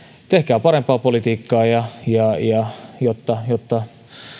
tehkää parempaa politiikkaa jotta jotta